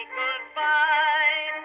goodbye